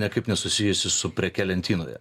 niekaip nesusijusi su preke lentynoje